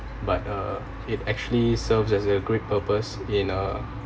but uh it actually serves as a great purpose in uh